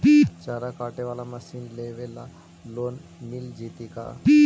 चारा काटे बाला मशीन लेबे ल लोन मिल जितै का?